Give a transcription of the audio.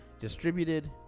distributed